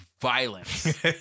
violence